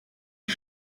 die